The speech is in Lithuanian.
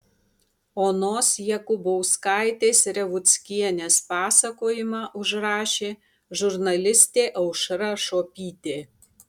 onos jakubauskaitės revuckienės pasakojimą užrašė žurnalistė aušra šuopytė